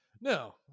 no